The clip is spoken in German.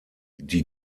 die